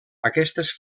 aquestes